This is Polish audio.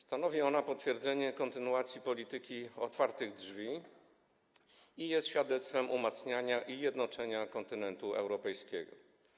Stanowi ona potwierdzenie kontynuacji polityki otwartych drzwi i jest świadectwem umacniania i jednoczenia kontynentu europejskiego.